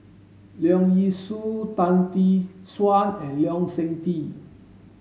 Leong Yee Soo Tan Tee Suan and Lee Seng Tee